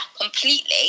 completely